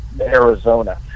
Arizona